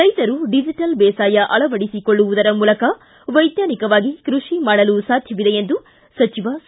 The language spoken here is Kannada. ರೈತರು ಡಿಜಿಟಲ್ ಬೇಸಾಯ ಅಳವಡಿಸಿಕೊಳ್ಳುವುದರ ಮೂಲಕ ವೈಜ್ಞಾನಿಕವಾಗಿ ಕೃಷಿ ಮಾಡಲು ಸಾಧ್ವವಿದೆ ಎಂದು ಸಚಿವ ಸಿ